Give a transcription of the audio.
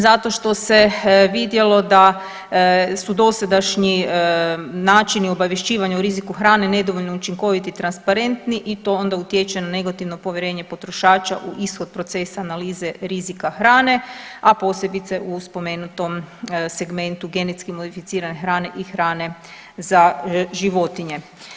Zato što se vidjelo da su dosadašnji načini obavješćivanja o riziku hrane nedovoljno učinkoviti i transparentni i to onda utječe na negativno povjerenje potrošača u ishod procesa, analize rizika hrane, a posebice u spomenutom segmentu genetski modificirane hrane i hrane za životinje.